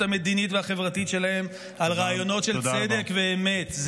המדינית והחברתית שלהן על רעיונות של צדק ואמת.